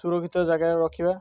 ସୁରକ୍ଷିତ ଜାଗାରେ ରଖିବା